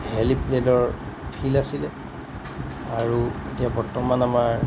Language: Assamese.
হেলিপেডৰ ফিল্ড আছিলে আৰু এতিয়া বৰ্তমান আমাৰ